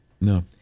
No